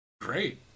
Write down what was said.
great